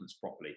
properly